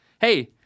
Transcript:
hey